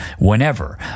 whenever